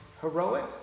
heroic